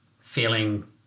feeling